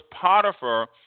Potiphar